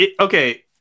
Okay